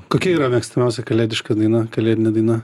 kokia yra mėgstamiausia kalėdiška daina kalėdinė daina